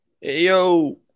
Yo